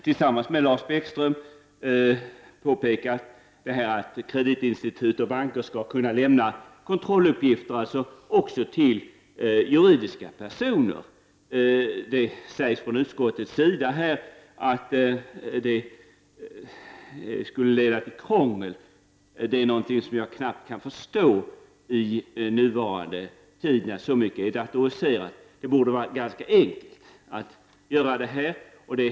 Tillsammans med Lars Bäckström har jag också påpekat att kreditinstitut och banker skall kunna lämna kontrolluppgifter också beträffande juridiska personer. Utskottet skriver att detta skulle medföra krångel, men det kan jag knappast förstå är möjligt i vår tid då så mycket är datoriserat. Det borde vara ganska enkelt att klara problemet.